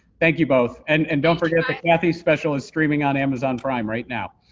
thank you both, and and don't forget that kathy's special is streaming on amazon prime right now.